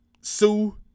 Sue